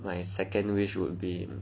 my second wish would be